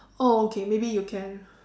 oh okay maybe you can